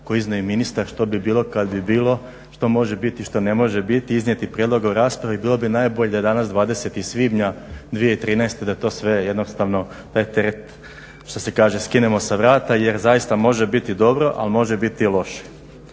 je iznio ministar, što bi bilo kad bi bilo, što može biti i što ne može biti, iznijeti prijedloge o raspravi bilo bi najbolje da je danas 20. svibnja 2013. da to sve jednostavno, taj terete, što se kaže skinemo sa vrata. Jer zaista može biti dobro, ali može biti i loše.